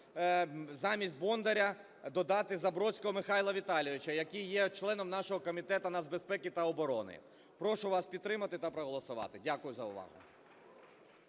замість Бондаря додати Забродського Михайла Віталійовича, який є членом нашого Комітету з нацбезпеки та оборони. Прошу вас підтримати та проголосувати. Дякую за увагу.